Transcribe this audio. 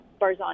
Barzani